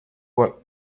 where